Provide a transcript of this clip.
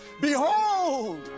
behold